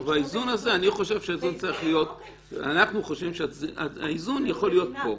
באיזון הזה אנחנו חושבים שהאיזון יכול להיות פה.